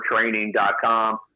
training.com